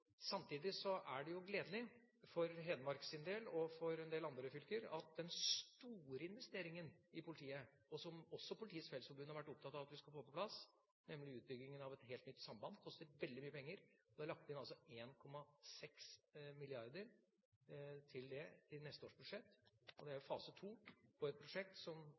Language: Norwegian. en del andre fylker, med den store investeringen i politiet som også Politiets Fellesforbund har vært opptatt av at vi skal få på plass, nemlig utbyggingen av et helt nytt samband. Det koster veldig mye penger, og det er lagt inn 1,6 mrd. kr til det på neste års budsjett. Det er fase 2 i et prosjekt som